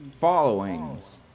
followings